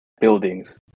buildings